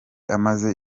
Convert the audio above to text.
amaze